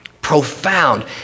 Profound